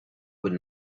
would